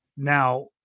Now